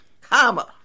comma